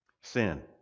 Sin